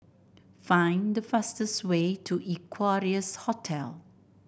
find the fastest way to Equarius Hotel